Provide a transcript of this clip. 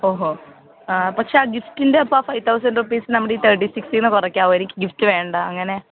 ഓഹോ ആ പക്ഷേ ആ ഗിഫ്റ്റിൻ്റെ ഒപ്പം ആ ഫൈവ് തൌസൻഡ് റുപീസ് നമ്മുടെ ഈ തെർട്ടി സിക്സിന്ന് കുറയ്ക്കാവോ എനിക്ക് ഗിഫ്റ്റ് വേണ്ട അങ്ങനെ